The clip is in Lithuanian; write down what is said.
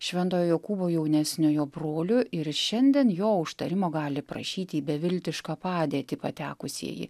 šventojo jokūbo jaunesniojo broliu ir šiandien jo užtarimo gali prašyti į beviltišką padėtį patekusieji